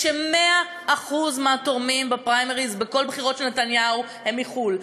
כש-100% מהתורמים בפריימריז בכל בחירות של נתניהו הם מחו"ל,